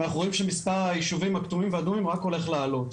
ואנחנו רואים שמספר היישובים הכתומים והאדומים רק הולך לעלות.